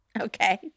Okay